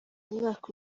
umwaka